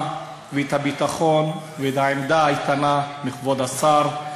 ואת הביטחון ואת העמידה האיתנה מכבוד השר.